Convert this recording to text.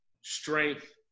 strength